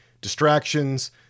distractions